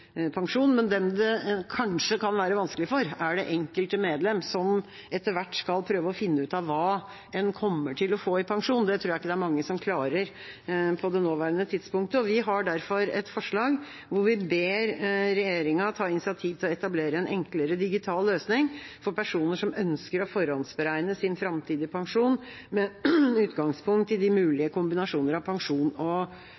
pensjon, men dem det kanskje kan være vanskelig for, er det enkelte medlem som etter hvert skal prøve å finne ut hva en kommer til å få i pensjon. Det tror jeg ikke det er mange som klarer på det nåværende tidspunkt. Vi har derfor et forslag hvor vi «ber regjeringen ta initiativ til å etablere en enklere digital løsning for personer som ønsker å forhåndsberegne sin fremtidige pensjon, med utgangspunkt i de